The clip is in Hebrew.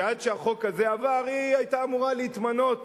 שעד שהחוק הזה עבר היא היתה אמורה להתמנות